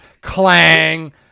Clang